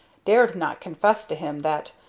dared not confess to him that,